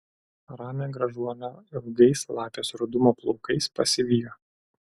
ramią gražuolę ilgais lapės rudumo plaukais pasivijo